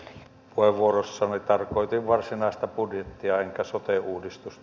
puheenvuorossani tarkoitin varsinaista budjettia enkä sote uudistusta